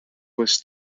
was